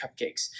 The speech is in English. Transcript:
cupcakes